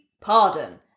pardon